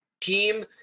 team